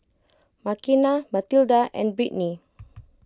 Makena Mathilda and Britni